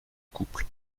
couple